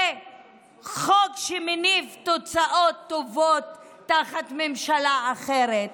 וחוק שמניב תוצאות טובות תחת ממשלה אחרת.